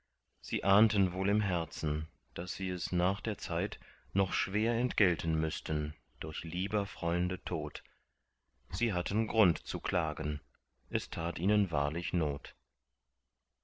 sie ahnten wohl im herzen daß sie es nach der zeit noch schwer entgelten müßten durch lieber freunde tod sie hatten grund zu klagen es tat ihnen wahrlich not